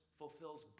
fulfills